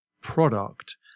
product